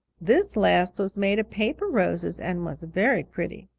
this last was made of paper roses and was very pretty.